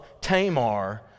Tamar